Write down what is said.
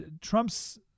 Trump's